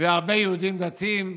והרבה יהודים דתיים,